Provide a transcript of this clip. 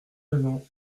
raison